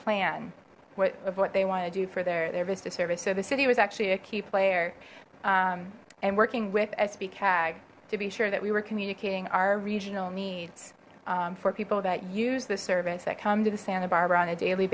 plan what of what they want to do for their their vista service so the city was actually a key player and working with sp cag to be sure that we were communicating our regional needs for people that use the service that come to the santa barbara on a daily